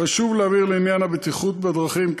חשוב להבהיר לעניין הבטיחות בדרכים כי